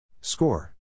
Score